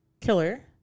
Killer